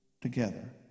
together